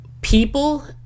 People